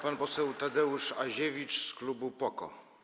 Pan poseł Tadeusz Aziewicz z klubu PO-KO.